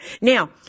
Now